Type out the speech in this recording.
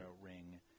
ring